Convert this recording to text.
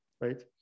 right